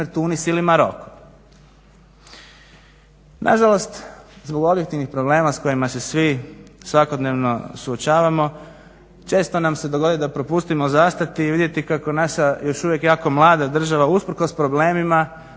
Tunis ili Maroko. Nažalost, zbog objektivnih problema s kojima se svi svakodnevno suočavamo često nam se dogodi da propustimo zastati i vidjeti kako naša još uvijek jako mlada država usprkos problemima,